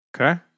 Okay